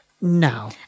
now